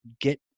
get